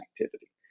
activity